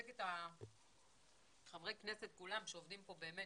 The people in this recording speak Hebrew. ביקשנו להשוות בהרבה דברים בין החיילים הבודדים לבין